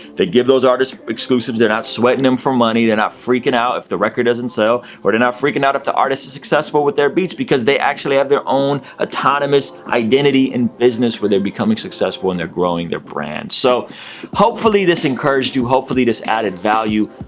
they give those artists exclusives. they're not sweating them for money, they're not freaking out if the record doesn't sell or they're not freaking out if the artist is successful with their beats because they actually have their own autonomous identity and business where they're becoming successful and they're growing their brand. so hopefully this encouraged you. hopefully this added value.